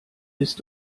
bist